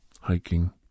hiking